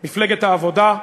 מפלגת העבודה,